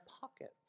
pockets